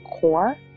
core